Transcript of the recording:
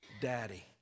daddy